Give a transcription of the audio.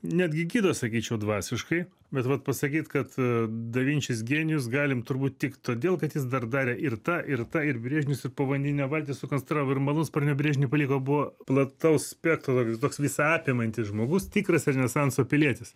netgi gydo sakyčiau dvasiškai bet vat pasakyt kad da vinčis genijus galim turbūt tik todėl kad jis dar darė ir tą ir tą ir brėžinius ir povandeninę valtį sukonstravo ir malūnsparnio brėžinį paliko buvo plataus spektro toks toks visaapimantis žmogus tikras renesanso pilietis